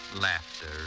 laughter